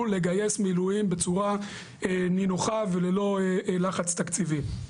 לגייס מילואים בצורה נינוחה וללא לחץ תקציבי.